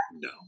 no